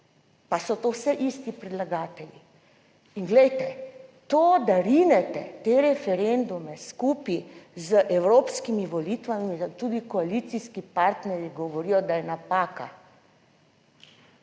pa so to vse isti predlagatelji. In glejte, to, da rinete te referendume skupaj z evropskimi volitvami, da tudi koalicijski partnerji govorijo, da je napaka.